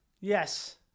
Yes